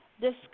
discuss